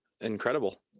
incredible